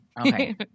Okay